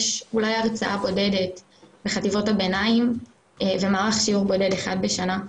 יש אולי הרצאה בודדת בחטיבות הביניים ומערך שיעור בודד אחד בשנה.